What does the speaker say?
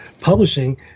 publishing